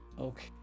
Okay